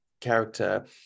Character